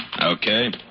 Okay